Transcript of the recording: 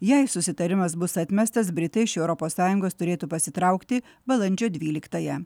jei susitarimas bus atmestas britai iš europos sąjungos turėtų pasitraukti balandžio dvyliktąją